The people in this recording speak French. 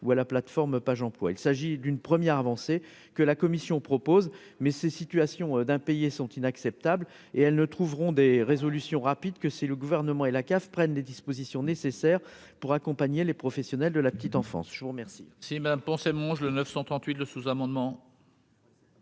ou à la plateforme Pajemploi il s'agit d'une première avancée que la commission propose mais ces situations d'impayés sont inacceptables et elles ne trouveront des résolutions rapides que c'est le gouvernement et la CAF prenne les dispositions nécessaires pour accompagner les professionnels de la petite enfance, je vous remercie.